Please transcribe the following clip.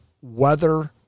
Weather